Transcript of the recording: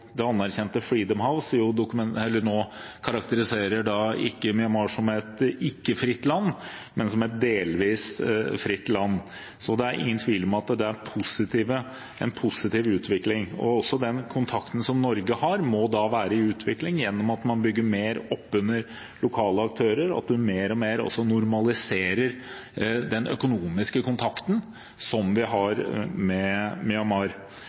det anerkjente Freedom House ikke karakteriserer Myanmar som et ikke-fritt land, men som et delvis fritt land. Så det er ingen tvil om at det er en positiv utvikling. Også den kontakten som Norge har, må da være i utvikling gjennom at man bygger mer opp under lokale aktører, at vi mer og mer normaliserer den økonomiske kontakten som vi har med Myanmar.